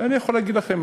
אני יכול להגיד לכם,